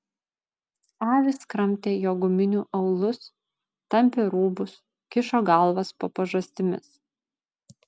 avys kramtė jo guminių aulus tampė rūbus kišo galvas po pažastimis